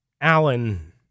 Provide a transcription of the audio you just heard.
Allen